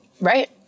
Right